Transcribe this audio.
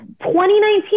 2019